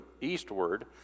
eastward